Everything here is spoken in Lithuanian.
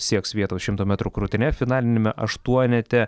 sieks vietos šimto metrų krūtine finaliniame aštuonete